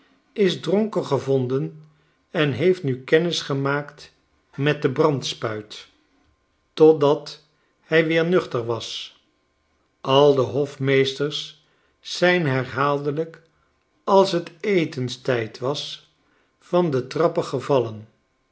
is dronken gevonden en heeft nu kennis gemaakt met de brandspuit totdat hij weer nuchterwas al dehofmeesters zijn herhaaldelijk als j t etenstijd was van de trappen gevallen